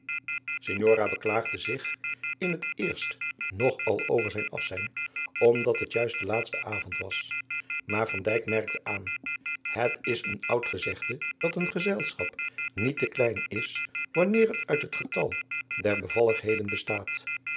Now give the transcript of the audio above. signora beklaagde zich in het eerst nog al over zijn afzijn omdat het juist de laatste avond was maar van dijk merkte aan het is een oud gezegde dat een gezelschap niet te klein is wanneer het uit het getal der bevalligheden bestaat